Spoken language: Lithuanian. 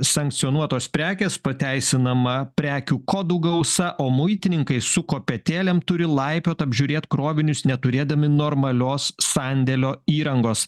sankcionuotos prekės pateisinama prekių kodų gausa o muitininkai su kopėtėlėm turi laipiot apžiūrėt krovinius neturėdami normalios sandėlio įrangos